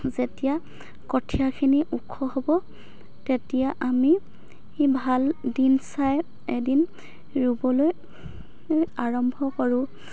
যেতিয়া কঠিয়াখিনি ওখ হ'ব তেতিয়া আমি ভাল দিন চাই এদিন ৰুবলৈ আৰম্ভ কৰোঁ